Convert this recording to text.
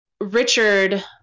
Richard